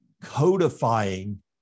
codifying